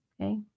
Okay